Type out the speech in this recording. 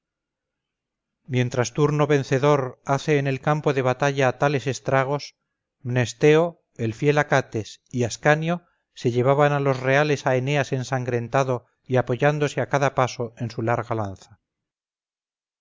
mientras turno vencedor hace en el campo de batalla tales estragos mnesteo el fiel acates y ascanio se llevaban a los reales a eneas ensangrentado y apoyándose a cada paso en su larga lanza